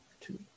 two